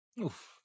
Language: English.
Oof